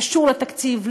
קשור לתקציב,